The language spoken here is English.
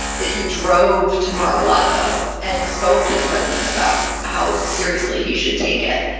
that he drove tomorrow largo and spoke to the president about how seriously he should take it.